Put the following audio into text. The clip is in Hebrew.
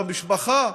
במשפחה?